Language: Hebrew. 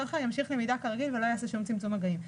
אחר ימשיך למידה כרגיל ולא יעשה שום צמצום מגעים.